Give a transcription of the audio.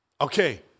Okay